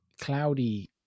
cloudy